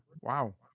Wow